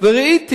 וראיתי